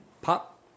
Pop